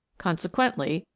consequently,